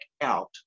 out